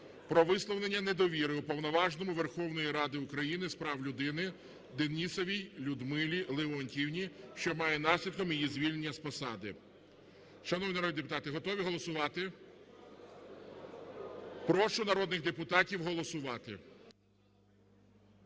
про висловлення недовіри Уповноваженому Верховної Ради України з прав людини Денісовій Людмилі Леонтіївні, що має наслідком її звільнення з посади. Шановні народні депутати, готові голосувати? Прошу народних депутатів голосувати.